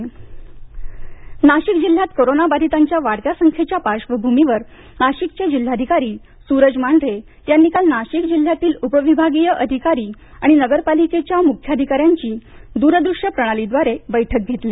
नाशिक ग्रामीण नाशिक जिल्ह्यात कोरोना बाधीतांच्या वाढत्या संख्येच्या पार्श्वभूमीवर नाशिकचे जिल्हाधिकारी सुरज मांढरे यांनी काल नाशिक जिल्ह्यातील उपविभागीय अधिकारी आणि नगरपालिकेच्या मुख्याधिकार्यांची दूरदृष्य प्रणालीव्दारे बैठक घेतली